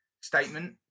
statement